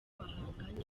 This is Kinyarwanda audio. bahanganye